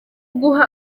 guha